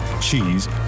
cheese